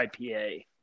IPA